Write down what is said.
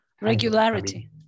regularity